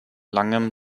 langem